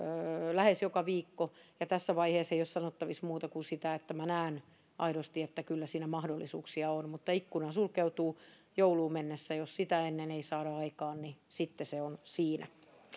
lähes joka viikko ja tässä vaiheessa ei ole sanottavissa muuta kuin se että minä näen aidosti että kyllä siinä mahdollisuuksia on mutta ikkuna sulkeutuu jouluun mennessä jos sitä ei ennen sitä saada aikaan niin sitten se on siinä